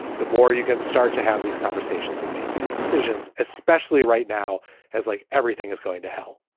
the more you can start to have these conversations and make these decisions, especially right now as like everything is going to hell.